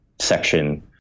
section